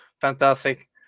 fantastic